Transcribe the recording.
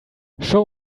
show